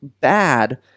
bad